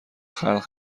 خلق